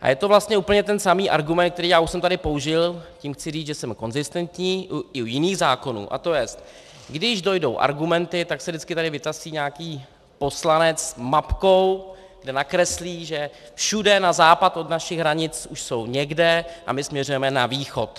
A je to vlastně úplně ten samý argument, který už jsem tady použil, tím chci říct, že jsem konzistentní i u jiných zákonů, a to je: Když dojdou argumenty, tak se vždycky tady vytasí nějaký poslanec s mapkou, kde nakreslí, že všude na západ od našich hranic už jsou někde a my směřujeme na východ.